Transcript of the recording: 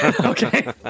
okay